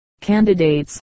candidates